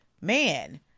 man